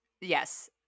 yes